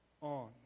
on